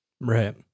Right